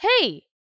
Hey